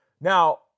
Now